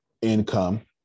income